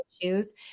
issues